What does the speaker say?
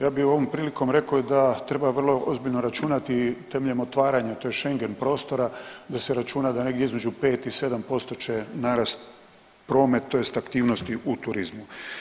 Ja bih ovom prilikom rekao da treba vrlo ozbiljno računati, temeljem otvaranja, to je Schengen prostora, da se računa negdje između 5 i 7% će narasti promet, tj. aktivnosti u turizmu.